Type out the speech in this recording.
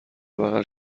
بغل